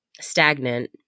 stagnant